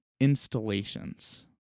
installations